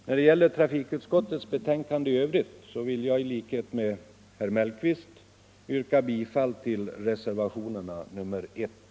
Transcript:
När det gäller trafikutskottets betänkande i övrigt vill jag i likhet med herr Mellqvist yrka bifall till reservationerna 1 och 3.